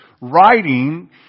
writing